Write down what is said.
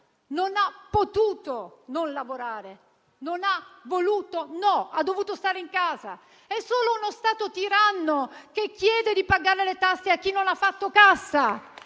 non ha potuto lavorare perché ha dovuto stare in casa. È solo uno Stato tiranno che chiede di pagare le tasse a chi non ha fatto cassa